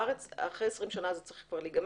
כאלה ובארץ ואחרי 20 שנה זה צריך להסתיים,